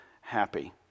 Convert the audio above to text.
happy